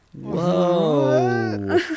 whoa